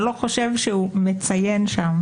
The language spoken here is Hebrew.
אתה לא חושב שהוא מציין שם,